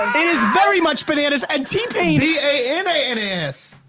is very much bananas and t-pain b a n a n a s.